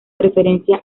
referencia